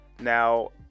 Now